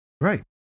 Right